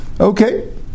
Okay